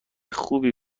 خوبی